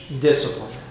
discipline